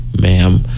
Ma'am